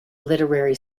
literary